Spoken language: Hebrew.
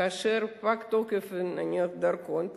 כאשר פג תוקף הדרכון שלהם,